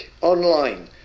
online